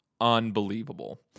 unbelievable